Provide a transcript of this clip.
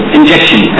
injection